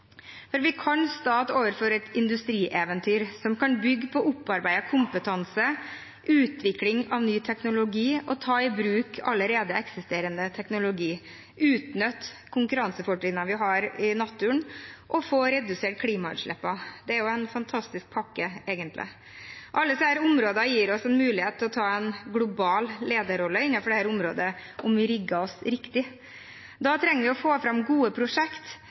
For vi kan stå overfor et industrieventyr som kan bygge på opparbeidet kompetanse, utvikling av ny teknologi, å ta i bruk allerede eksisterende teknologi, utnytte konkurransefortrinnene vi har i naturen, og få redusert klimautslippene. Det er jo egentlig en fantastisk pakke. Alle disse områdene gir oss mulighet til å ta en global lederrolle innenfor dette området, om vi rigger oss riktig. Da trenger vi å få fram gode